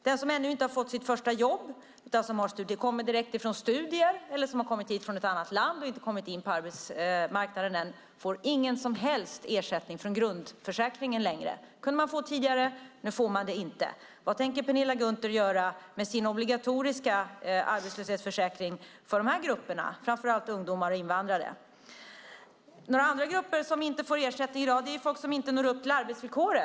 Den som ännu inte har fått sitt första jobb utan kommer direkt från studier eller har kommit hit från ett annat land och inte kommit in på arbetsmarknaden får ingen som helst ersättning från grundförsäkringen längre. Det kunde man få tidigare. Nu får man det inte. Vad tänker Penilla Gunther göra för de här grupperna, framför allt ungdomar och invandrare, med sin obligatoriska arbetslöshetsförsäkring? Andra grupper som inte får ersättning är folk som inte når upp till arbetsvillkoret.